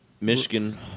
Michigan –